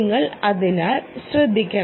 നിങ്ങൾ അതിനാൽ ശ്രദ്ധിക്കണം